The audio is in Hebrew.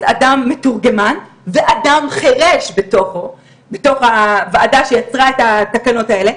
אדם מתורגמן ואדם חרש בתוך הוועדה שיצרה את התקנות האלה,